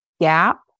gap